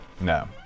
No